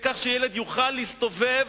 לכך שילד יוכל להסתובב